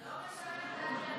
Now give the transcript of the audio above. זה לא משרת את האג'נדה.